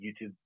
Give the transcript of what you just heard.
YouTube